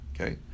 Okay